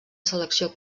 selecció